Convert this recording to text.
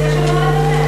אז יש לנו על מה לדבר.